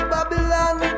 Babylon